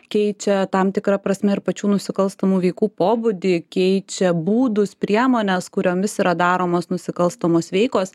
keičia tam tikra prasme ir pačių nusikalstamų veikų pobūdį keičia būdus priemones kuriomis yra daromos nusikalstamos veikos